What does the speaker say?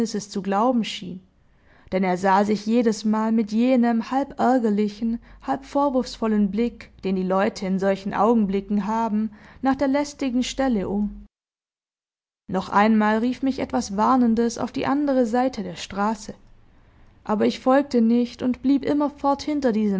zu glauben schien denn er sah sich jedesmal mit jenem halb ärgerlichen halb vorwurfsvollen blick den die leute in solchen augenblicken haben nach der lästigen stelle um noch einmal rief mich etwas warnendes auf die andere seite der straße aber ich folgte nicht und blieb immerfort hinter diesem